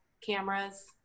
cameras